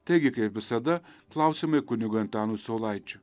taigi kaip visada klausiami kunigui antanui saulaičiui